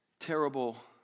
terrible